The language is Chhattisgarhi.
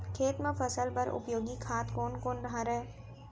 खेत म फसल बर उपयोगी खाद कोन कोन हरय?